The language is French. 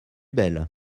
belle